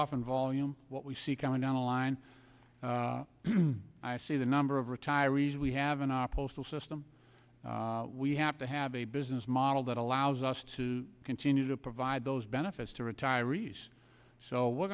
off in volume what we see coming down the line i see the number of retirees we have in our political system we have to have a business model that allows us to continue to provide those benefits to retirees so we're